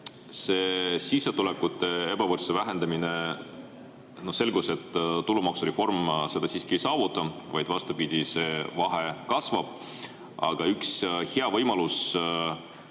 See sissetulekute ebavõrdsuse vähendamine – selgus, et tulumaksureformiga seda siiski ei saavuta, vastupidi, see vahe kasvab. Aga üks hea võimalus